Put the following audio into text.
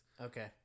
Okay